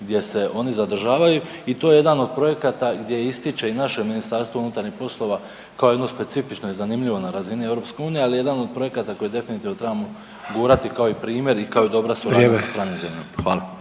gdje se oni zadržavaju i to je jedan od projekata gdje se ističe i naše MUP kao jedno specifično i zanimljivo na razini EU, ali jedan od projekata koji definitivno trebamo gurati kao i primjer i kao dobra suradnja sa stranim zemljama. Hvala.